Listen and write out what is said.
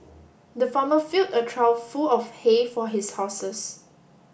the farmer filled a trough full of hay for his horses